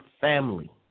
family